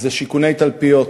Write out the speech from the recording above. זה שיכוני תלפיות,